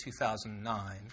2009